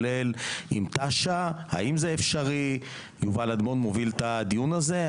עם תש"ן ועם יובל אדמון שמוביל את הדיון הזה.